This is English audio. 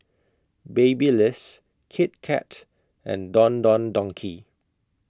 Babyliss Kit Kat and Don Don Donki